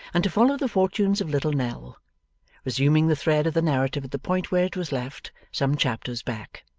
and to follow the fortunes of little nell resuming the thread of the narrative at the point where it was left, some chapters back.